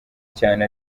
cyane